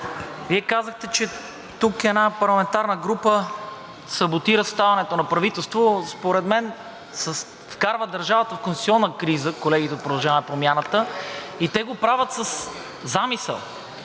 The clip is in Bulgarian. Вие казахте, че тук една парламентарна група саботира съставянето на правителство. Според мен се вкарва държавата в конституционна криза – колегите от „Продължаваме Промяната“, и те го правят със замисъл,